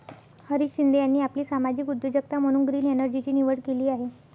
हरीश शिंदे यांनी आपली सामाजिक उद्योजकता म्हणून ग्रीन एनर्जीची निवड केली आहे